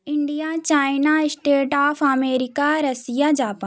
India China state of America Russia Japan